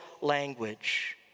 language